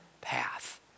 path